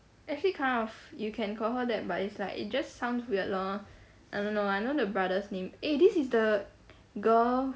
actually kind of you can call her that but it's like just sounds weird lor I don't know I know the brother's name eh this is the girl